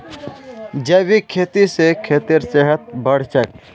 जैविक खेती स खेतेर सेहत बढ़छेक